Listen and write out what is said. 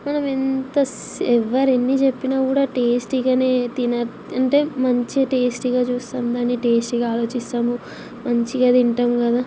మనం ఎంతసే ఎవ్వరెన్నిచెప్పిన కూడా టేస్టీగానే తిన అంటే మంచి టేస్టీగా చూస్తాం దాన్ని టేస్టీగా ఆలోచిస్తాము మంచిగా తింటాం కదా